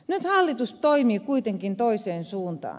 nyt hallitus toimii kuitenkin toiseen suuntaan